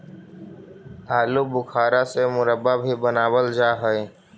आलू बुखारा से मुरब्बा भी बनाबल जा हई